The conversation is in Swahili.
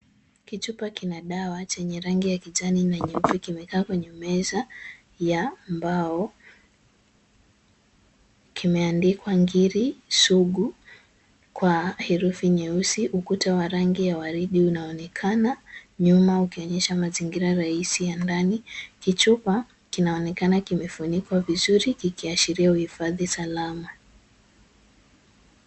Kichupa kina dawa chenye rangi ya kijani na nyeupe kimekaa kwenye meza ya mbao. Kimeandikwa ngiri sugu kwa herufi nyeusi, ukuta wa rangi ya waridi unaonekana nyuma ukionyesha mazingira rahisi ya ndani. Kichupa kinaonekana kimefunikwa vizuri kikiashiria uhifadhi salama.